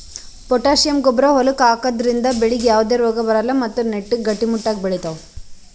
potassium ಗೊಬ್ಬರ್ ಹೊಲಕ್ಕ್ ಹಾಕದ್ರಿಂದ ಬೆಳಿಗ್ ಯಾವದೇ ರೋಗಾ ಬರಲ್ಲ್ ಮತ್ತ್ ನೆಟ್ಟಗ್ ಗಟ್ಟಿಮುಟ್ಟಾಗ್ ಬೆಳಿತಾವ್